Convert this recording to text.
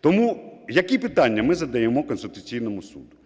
Тому, які питання ми задаємо Конституційному Суду?